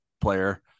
player